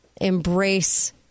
embrace